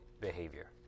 behavior